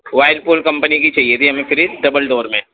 Whirlpool company کی چاہیے تھی ہمیں فریج ڈبل ڈور میں